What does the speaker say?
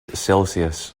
celsius